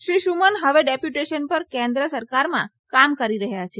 શ્રી સુમન હવે ડેપ્યુટેશન પર કેન્પ સરકારમાં કામ કરી રહ્યા છે